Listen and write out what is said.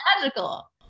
magical